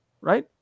right